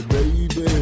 Baby